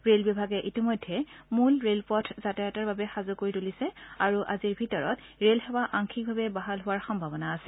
rail বিভাগে ইতিমধ্যে মূল ৰেলপথ যাতায়াতৰ বাবে সাজু কৰি তূলিছে আৰু আজিৰ ভিতৰত ৰে'ল সেৱা আংশিকভাৱে বাহাল হোৱাৰ সম্ভাৱনা আছে